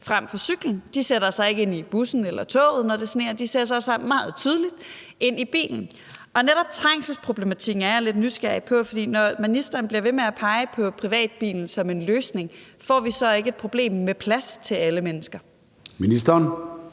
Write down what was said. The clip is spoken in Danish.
frem for cyklen. De sætter sig ikke ind i bussen eller toget, når det sner. De sætter sig meget tydeligt ind i bilen, og netop trængselsproblematikken er jeg lidt nysgerrig på. For når ministeren bliver ved med at pege på privatbilen som en løsning, får vi så ikke et problem med plads til alle i trafikken?